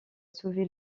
sauvé